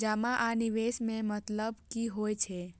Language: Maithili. जमा आ निवेश में मतलब कि होई छै?